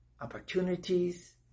opportunities